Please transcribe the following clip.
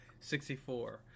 64